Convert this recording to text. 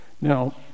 Now